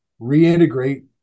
reintegrate